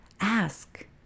ask